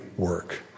work